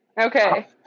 Okay